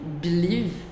believe